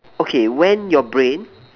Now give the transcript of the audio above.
okay when your brain